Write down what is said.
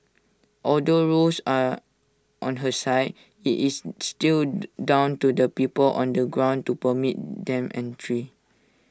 although rules are on her side IT is still down to the people on the ground to permit them entry